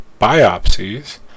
biopsies